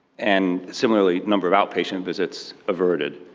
and similarly, number of outpatient visits averted,